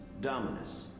Dominus